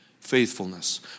faithfulness